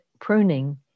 pruning